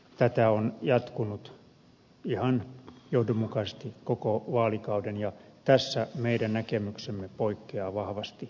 tätä on jatkunut ihan johdonmukaisesti koko vaalikauden ja tässä meidän näkemyksemme poikkeaa vahvasti hallituksen linjoista